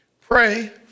Pray